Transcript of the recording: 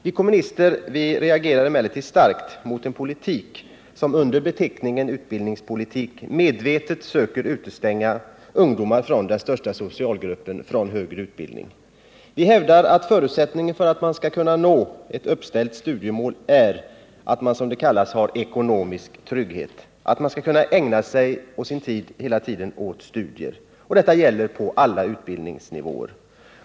Vi kommunister reagerar emellertid starkt mot en politik som under beteckningen utbildningspolitik medvetet söker utestänga ungdomar ur den största socialgruppen från högre utbildning. Vi hävdar att förutsättningen för att man skall kunna nå ett uppställt studiemål är att man har det som kallas ekonomisk trygghet, att man skall kunna ägna all sin tid åt studier. Detta gäller på alla utbildningsnivåer.